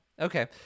Okay